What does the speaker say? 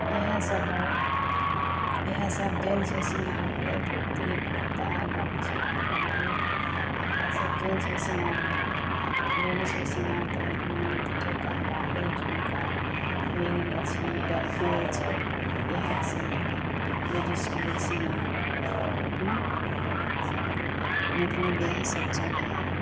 इएह सब हइ इएह सब जेंट्सके शृंगार होलै धोती कुर्ता गमछा गंजी इएह सब जेंट्सके शृंगार होलै लेडीजके शृंगार तऽ भेल नथ टीका बाली झुमका मेहदीलच्छी डरपेच इएह सब भेलै लेडीजके लिए शृंगार मैथिलीमे इएह सब चलै हइ